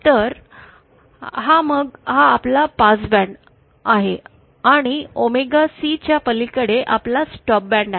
तर मग हा आपला पासबँड आहे आणि ओमेगा सी च्या पलीकडे आपला स्टॉप बँड आहे